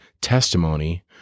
testimony